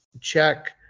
check